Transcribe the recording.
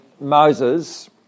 Moses